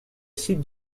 site